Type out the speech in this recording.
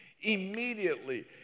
immediately